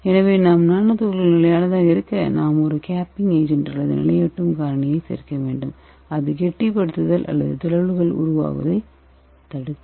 எனவே நானோ துகள்கள் நிலையானதாக இருக்க நாம் ஒரு கேப்பிங் ஏஜென்ட் அல்லது நிலையூட்டும் காரணியினை சேர்க்க வேண்டும் அது கெட்டிப்படுத்துதல் அல்லது திரள்வுகள் உருவாகுவதைத் தடுக்கும்